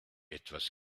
etwas